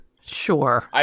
Sure